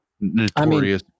notorious